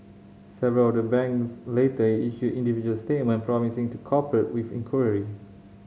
several of the banks later issued individual statement promising to cooperate with the inquiry